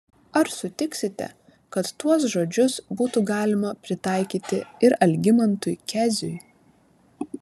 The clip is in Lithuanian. ar sutiksite kad tuos žodžius būtų galima pritaikyti ir algimantui keziui